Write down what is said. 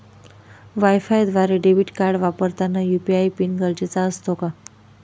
वायफायद्वारे debit card वापरताना UPI PIN गरजेचा असतो का?